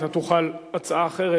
אתה תוכל הצעה אחרת,